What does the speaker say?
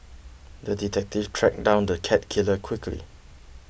the detective tracked down the cat killer quickly